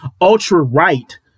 Ultra-right